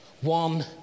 one